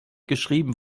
geschrieben